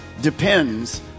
depends